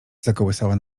zakołysała